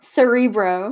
Cerebro